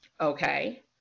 Okay